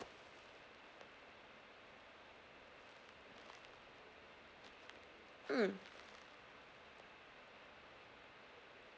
mm